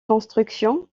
constructions